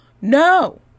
No